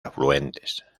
afluentes